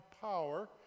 power